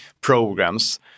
programs